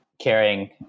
caring